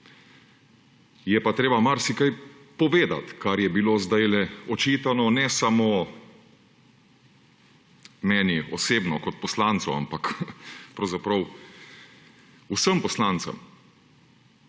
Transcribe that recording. Je pa treba marsikaj povedati, kar je bilo zdajle očitano, ne samo meni osebno kot poslancu, ampak pravzaprav vsem poslancem.